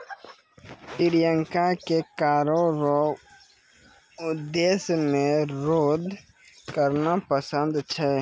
प्रियंका के करो रो उद्देश्य मे शोध करना पसंद छै